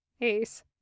Ace